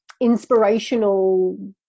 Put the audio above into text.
inspirational